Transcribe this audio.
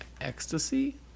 ecstasy